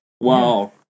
Wow